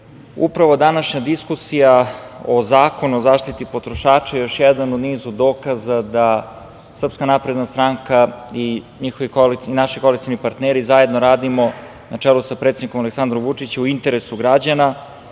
upravo današnja diskusija o Zakonu o zaštiti potrošača je još jedan u nizu dokaza da SNS i naši koalicioni partneri zajedno radimo na čelu sa predsednikom Aleksandrom Vučićem u interesu građana. Upravo